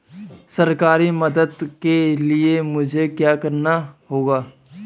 सरकारी मदद के लिए मुझे क्या करना होगा?